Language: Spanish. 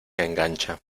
engancha